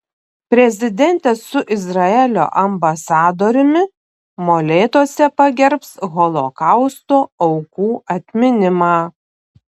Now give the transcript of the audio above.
prezidentė su izraelio ambasadoriumi molėtuose pagerbs holokausto aukų atminimą